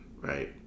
Right